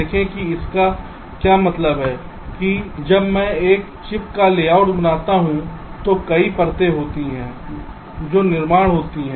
देखें कि इसका क्या मतलब है कि जब मैं एक चिप का लेआउट बनाता हूं तो कई परतें होती हैं जो निर्माण होती हैं